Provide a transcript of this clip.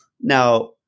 Now